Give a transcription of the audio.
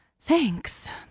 Thanks